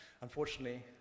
Unfortunately